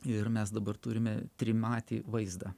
ir mes dabar turime trimatį vaizdą